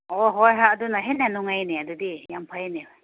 ꯑꯣ ꯍꯣꯏ ꯍꯣꯏ ꯑꯗꯨꯅ ꯍꯦꯟꯅ ꯅꯨꯡꯉꯥꯏꯌꯦꯅꯦ ꯑꯗꯨꯗꯤ ꯌꯥꯝ ꯐꯩꯌꯦꯅꯦ